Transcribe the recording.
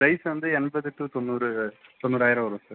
price வந்து எண்பது to தொண்ணூறு தொண்ணூறாயிரம் வரும் சார்